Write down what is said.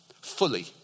fully